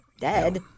dead